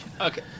Okay